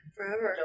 Forever